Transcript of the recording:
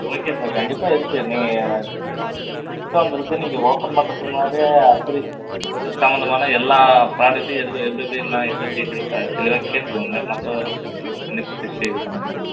okay sir கண்டிப்பாக இருக்கு நீங்கள் ஸோ அந்த நீங்கள் ஓப்பன் பண்ணுறதுக்கு முன்னாடியே இது சம்மந்தமான எல்லா ப்ராடக்ட்டு எது எப்படி எப்படி என்ன ஏதுன்னு டீடெயில்ஸை தெளிவாக கேட்டுக்கங்க மற்ற பேசி இது பண்ணுங்கள்